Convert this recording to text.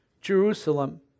Jerusalem